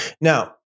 Now